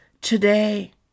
today